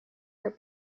her